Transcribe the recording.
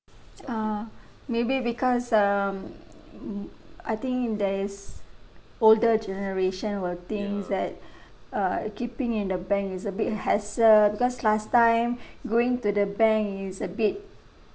ah maybe because um mm I think there is older generation will thinks that err keeping in the bank is a bit hassle because last time going to the bank is a bit